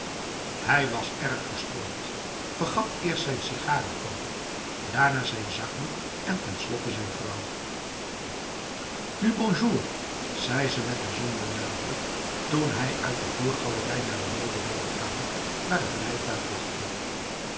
hij was erg verstrooid vergat eerst zijn sigarenkoker daarna zijn zakdoek en ten slotte zijn vrouw nu bonjour zei ze met bijzondere nadruk toen hij uit de voorgalerij naar beneden wilde gaan waar het rijtuig wachtte